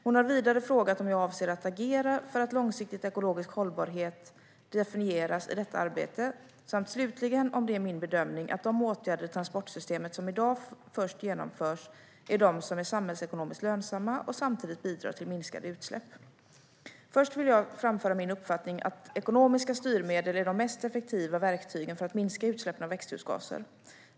Hon har vidare frågat om jag avser att agera för att långsiktigt ekologisk hållbarhet definieras i detta arbete samt slutligen om det är min bedömning att de åtgärder i transportsystemet som i dag först genomförs är de som är samhällsekonomiskt lönsamma och samtidigt bidrar till minskade utsläpp. Först vill jag framföra min uppfattning att ekonomiska styrmedel är de mest effektiva verktygen för att minska utsläppen av växthusgaser.